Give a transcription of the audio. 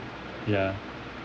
ya